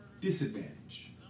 disadvantage